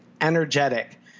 energetic